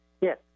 Yes